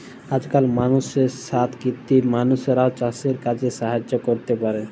আজকাল মালুষের সাথ কৃত্রিম মালুষরাও চাসের কাজে সাহায্য ক্যরতে পারে